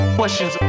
questions